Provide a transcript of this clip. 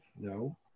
No